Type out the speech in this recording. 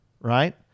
Right